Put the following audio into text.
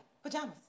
Pajamas